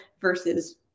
versus